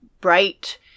bright